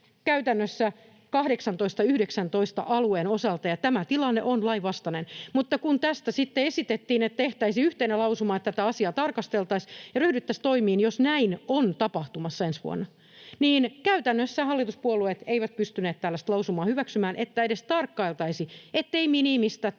käytännössä 18 tai 19 alueen osalta, ja tämä tilanne on lainvastainen. Kun tästä sitten esitettiin, että tehtäisiin yhteinen lausuma, että tätä asiaa tarkasteltaisiin ja ryhdyttäisiin toimiin, jos näin on tapahtumassa ensi vuonna, niin käytännössä hallituspuolueet eivät pystyneet tällaista lausumaa hyväksymään, että edes tarkkailtaisiin, ettei minimistä tule